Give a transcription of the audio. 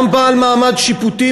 גם בעל מעמד שיפוטי,